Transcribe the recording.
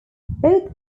both